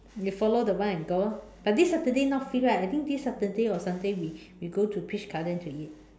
you follow the one and go lor but this Saturday not free right I think this Saturday or Sunday we we go to peach garden to eat